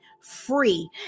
free